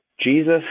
Jesus